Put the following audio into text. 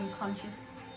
unconscious